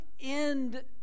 end